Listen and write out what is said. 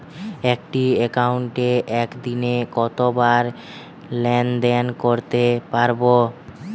একটি একাউন্টে একদিনে কতবার লেনদেন করতে পারব?